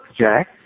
Jack